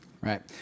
Right